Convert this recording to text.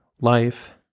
life